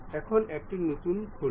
এখন একটি নতুন খুলুন